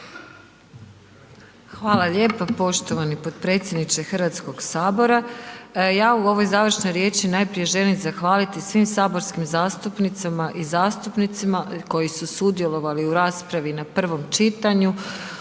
Hvala lijepo poštovani potpredsjedniče Hrvatskog sabora. Ja u ovoj završnoj riječi najprije želim zahvaliti svim saborskim zastupnicama i zastupnicima koji su sudjelovali u raspravi na prvom čitanju